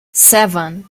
seven